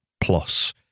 plus